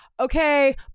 Okay